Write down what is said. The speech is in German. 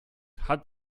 hat